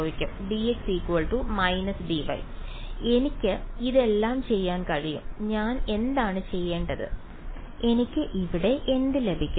dx − dy എനിക്ക് ഇതെല്ലാം ചെയ്യാൻ കഴിയും ഞാൻ എന്താണ് ചെയ്യേണ്ടത് എനിക്ക് ഇവിടെ എന്ത് ലഭിക്കും